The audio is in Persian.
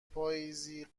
پاییزی